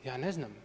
Ja ne znam.